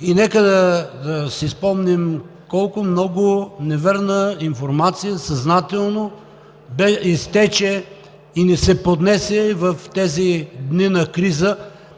И нека да си спомним колко много невярна информация съзнателно изтече и ни се поднесе в тези дни на криза,